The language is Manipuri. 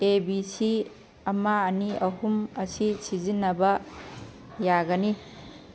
ꯑꯦ ꯕꯤ ꯁꯤ ꯑꯃ ꯑꯅꯤ ꯑꯍꯨꯝ ꯑꯁꯤ ꯁꯤꯖꯤꯟꯅꯕ ꯌꯥꯒꯅꯤ